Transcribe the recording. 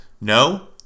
No